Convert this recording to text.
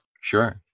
Sure